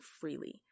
freely